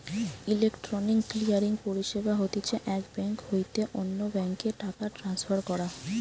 electronic clearing পরিষেবা হতিছে এক বেঙ্ক হইতে অন্য বেঙ্ক এ টাকা ট্রান্সফার করা